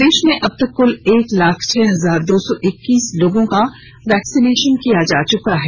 प्रदेश में अब तक कुल एक लाख छह हजार दो सौ इक्कसीस लोगों का वैक्सीनेशन हुआ है